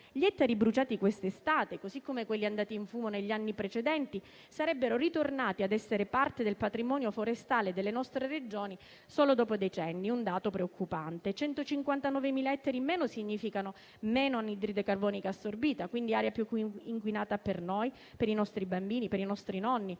Gli ettari bruciati quest'estate, così come quelli andati in fumo negli anni precedenti, sarebbero ritornati ad essere parte del patrimonio forestale delle nostre Regioni solo dopo decenni. È un dato preoccupante. Rilevo che 159.000 ettari in meno significa meno anidride carbonica assorbita, quindi aria più inquinata per noi, per i nostri bambini e per i nostri nonni.